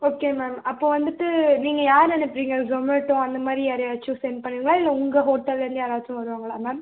okay ma'am அப்போது வந்துட்டு நீங்கள் யாரை அனுப்பறிங்க ஸோமேட்டோ அந்த மாதிரி யாரையாச்சும் செண்ட் பண்ணுவீங்களா இல்லை உங்கள் ஹோட்டலேருந்து யாராச்சும் வருவாங்களா மேம்